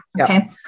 Okay